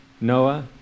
Noah